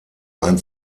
ein